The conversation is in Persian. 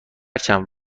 چند